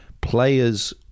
players